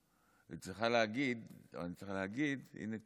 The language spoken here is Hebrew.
אני צריך להגיד: הינה,